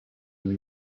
new